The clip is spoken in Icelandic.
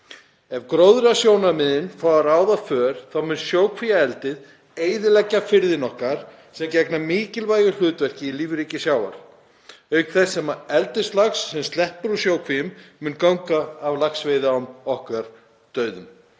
Ef gróðasjónarmiðin fá að ráða för mun sjókvíaeldið eyðileggja firðina okkar sem gegna mikilvægu hlutverki í lífríki sjávar, auk þess sem eldislax sem sleppur úr sjókvíum mun ganga af laxveiðiám okkar dauðum,